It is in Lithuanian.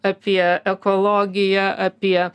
apie ekologiją apie